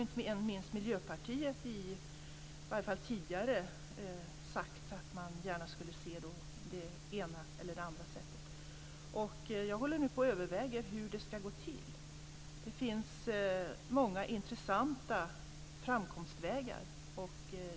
Inte minst Miljöpartiet har i alla fall tidigare sagt att man gärna skulle se det ena eller det andra sättet. Jag håller nu på att överväga hur det hela ska gå till. Det finns många intressanta framkomstvägar.